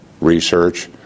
research